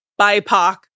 BIPOC